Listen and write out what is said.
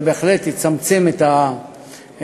זה בהחלט יצמצם את הסיכונים.